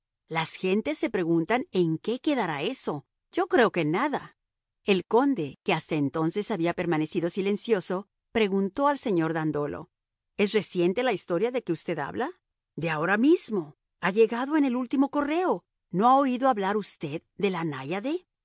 las gentes se preguntan en qué quedará eso yo creo que en nada el conde que hasta entonces había permanecido silencioso preguntó al señor dandolo es reciente la historia de que usted habla de ahora mismo ha llegado en el último correo no ha oído hablar usted de la náyade no